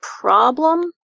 problem